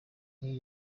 muri